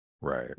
Right